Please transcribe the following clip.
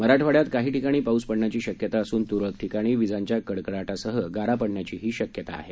मराठवाड्यात काही ठिकाणी पाऊस पड्ण्याची शक्यता असून तुरळक ठिकाणी विजांच्या कडकडाटासह गारा पड्ण्याची शक्यता आहे